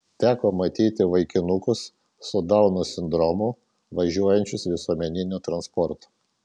teko matyti vaikinukus su dauno sindromu važiuojančius visuomeniniu transportu